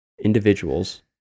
individuals